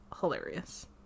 hilarious